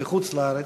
בחוץ-לארץ.